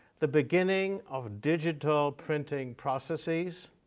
the beginning of digital printing processes,